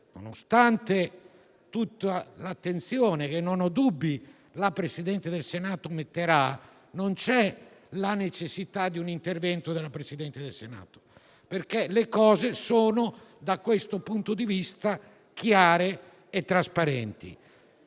nonostante tutta l'attenzione, che non ho dubbi il Presidente del Senato metterà, non c'è la necessità di un intervento del Presidente del Senato, perché, da questo punto di vista, le cose sono chiare e trasparenti.